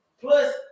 Plus